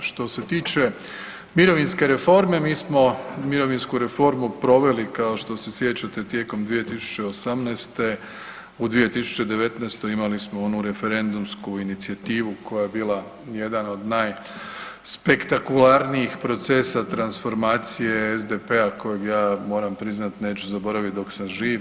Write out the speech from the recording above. Što se tiče mirovinske reforme, mi smo mirovinsku reformu proveli kao što se sjećate tijekom 2018., u 2019. imali smo onu referendumsku inicijativu koja je bila jedan od najspektakularnijih procesa transformacije SDP-a kojeg ja moram priznat neću zaboravit dok sam živ.